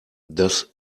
das